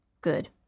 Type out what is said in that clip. Good